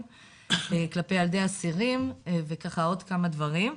כלפי ילדי אסירים וככה עוד כמה דברים.